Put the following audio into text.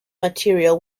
material